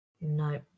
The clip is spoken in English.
no